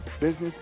business